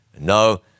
No